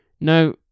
No